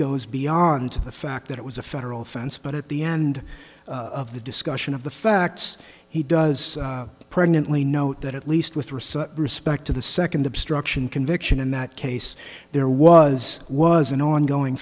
goes beyond the fact that it was a federal offense but at the end of the discussion of the facts he does pregnant lee note that at least with recent respect to the second obstruction conviction in that case there was was an ongoing